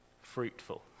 fruitful